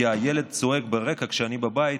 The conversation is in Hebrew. כי הילד צועק ברקע כשאני בבית,